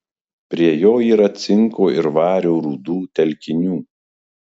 prie jo yra cinko ir vario rūdų telkinių